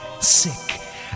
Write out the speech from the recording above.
sick